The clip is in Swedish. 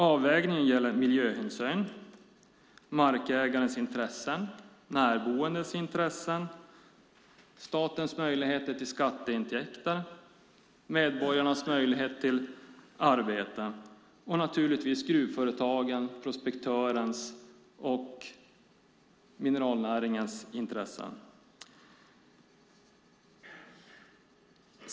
Avvägningen gäller miljöhänsyn, markägarens intressen, närboendes intressen, statens möjligheter till skatteintäkter, medborgarnas möjlighet till arbete och naturligtvis gruvföretagens, prospektörens och mineralnäringens intressen.